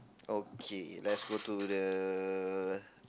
okay let's go to the